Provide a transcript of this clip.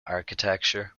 architecture